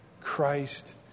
Christ